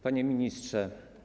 Panie Ministrze!